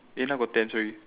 eh now got ten sorry